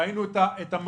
ראינו את המורכבות,